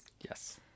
yes